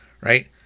right